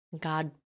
God